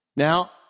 Now